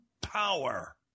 power